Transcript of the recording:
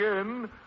again